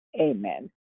amen